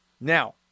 Now